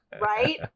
Right